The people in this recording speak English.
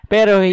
Pero